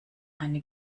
eine